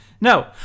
No